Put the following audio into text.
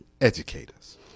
Educators